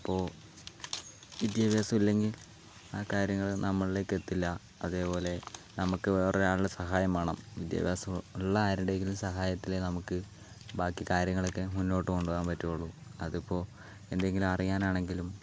അപ്പോൾ വിദ്യാഭ്യാസം ഇല്ലെങ്കിൽ ആ കാര്യങ്ങൾ നമ്മളിലേക്ക് എത്തില്ല അതേപോലെ നമുക്ക് വേറൊരാളുടെ സഹായം വേണം വിദ്യാഭ്യാസം ഉള്ള ആരുടെയെങ്കിലും സഹായത്തിലെ നമുക്ക് ബാക്കി കാര്യങ്ങളൊക്കെ മുന്നോട്ടു കൊണ്ടു പോകാൻ പറ്റുകയുള്ളൂ അതിപ്പോൾ എന്തെങ്കിലും അറിയാൻ ആണെങ്കിലും